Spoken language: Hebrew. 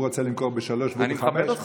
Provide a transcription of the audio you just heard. הוא רוצה למכור בשלוש והוא בחמש,